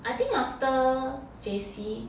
I think after J_C